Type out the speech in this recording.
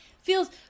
Feels